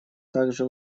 также